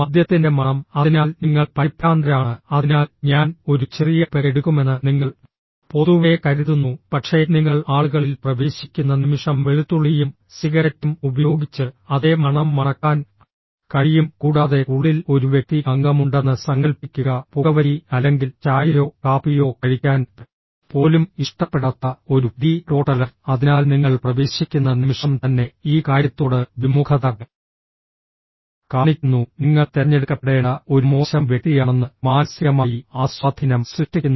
മദ്യത്തിന്റെ മണം അതിനാൽ നിങ്ങൾ പരിഭ്രാന്തരാണ് അതിനാൽ ഞാൻ ഒരു ചെറിയ പെഗ് എടുക്കുമെന്ന് നിങ്ങൾ പൊതുവെ കരുതുന്നു പക്ഷേ നിങ്ങൾ ആളുകളിൽ പ്രവേശിക്കുന്ന നിമിഷം വെളുത്തുള്ളിയും സിഗരറ്റും ഉപയോഗിച്ച് അതേ മണം മണക്കാൻ കഴിയും കൂടാതെ ഉള്ളിൽ ഒരു വ്യക്തി അംഗമുണ്ടെന്ന് സങ്കൽപ്പിക്കുക പുകവലി അല്ലെങ്കിൽ ചായയോ കാപ്പിയോ കഴിക്കാൻ പോലും ഇഷ്ടപ്പെടാത്ത ഒരു ടീ ടോട്ടലർ അതിനാൽ നിങ്ങൾ പ്രവേശിക്കുന്ന നിമിഷം തന്നെ ഈ കാര്യത്തോട് വിമുഖത കാണിക്കുന്നു നിങ്ങൾ തിരഞ്ഞെടുക്കപ്പെടേണ്ട ഒരു മോശം വ്യക്തിയാണെന്ന് മാനസികമായി ആ സ്വാധീനം സൃഷ്ടിക്കുന്നു